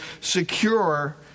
secure